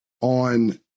on